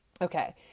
okay